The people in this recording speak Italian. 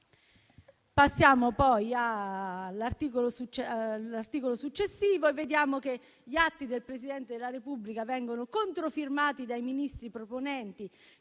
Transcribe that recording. Passando poi all'articolo successivo, vediamo che gli atti del Presidente della Repubblica vengono controfirmati dai Ministri proponenti